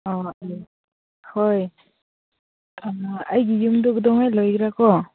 ꯑꯥ ꯎꯝ ꯍꯣꯏ ꯌꯥꯝ ꯅꯨꯡꯉꯥꯏ ꯑꯩꯒꯤ ꯌꯨꯝꯗꯨ ꯀꯩꯗꯧꯉꯩ ꯂꯣꯏꯒꯦꯔꯥꯀꯣ